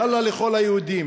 יאללה, לכל היהודים,